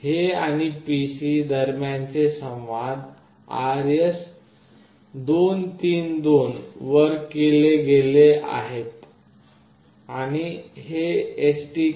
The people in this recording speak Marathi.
हे आणि पीसी दरम्यानचे संवाद RS232 वर केले गेले आहेत आणि हे STK500 115